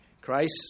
Christ